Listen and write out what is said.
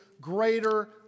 greater